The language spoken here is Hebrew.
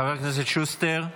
חבר הכנסת שוסטר,